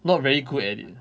not very good at it